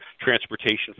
transportation